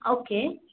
okay